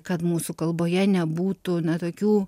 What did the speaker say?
kad mūsų kalboje nebūtų na tokių